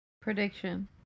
Prediction